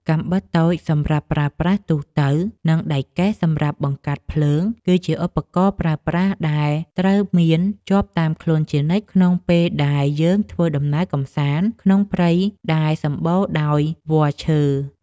កាំបិតតូចសម្រាប់ប្រើប្រាស់ទូទៅ និង ដែកកេះសម្រាប់បង្កាត់ភ្លើងគឺជាឧបករណ៍ប្រើប្រាស់ដែលត្រូវមានជាប់តាមខ្លួនជានិច្ចក្នុងពេលដែលយើងធ្វើដំណើរកម្សាន្តក្នុងព្រៃភ្នំដែលសម្បូរដោយវល្លិឈើ។